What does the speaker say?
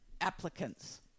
applicants